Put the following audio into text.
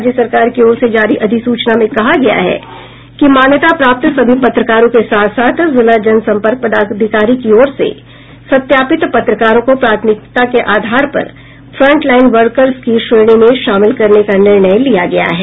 राज्य सरकार की ओर से जारी अधिसूचना में कहा गया है कि मान्यता प्राप्त सभी पत्रकारों के साथ साथ जिला जन संपर्क पदाधिकारी की ओर से सत्यापित पत्रकारों को प्राथमिकता के आधार पर फ्रंटलाइन वर्कर्स की श्रेणी में शामिल करने का निर्णय लिया गया है